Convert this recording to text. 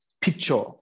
picture